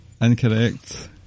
Incorrect